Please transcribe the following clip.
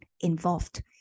involved